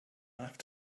have